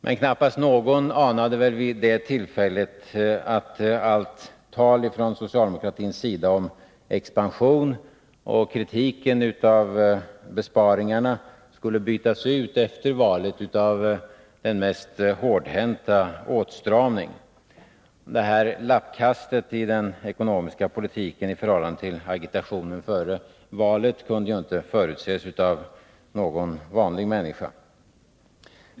Men knappast någon anade väl vid det tillfället att allt tal från socialdemokratins sida om expansion och kritiken av besparingarna skulle efter valet bytas ut mot den mest hårdhänta åtstramning. Det lappkastet i den ekonomiska politiken i förhållande till agitationen före valet kunde ju inte förutses av någon vanlig människa.